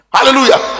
Hallelujah